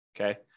Okay